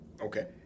Okay